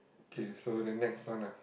okay so then next one ah